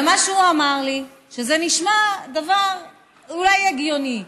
ומה שהוא אמר לי, שזה נשמע דבר אולי הגיוני,